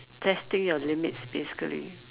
testing your limits basically